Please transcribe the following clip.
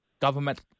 government